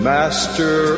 master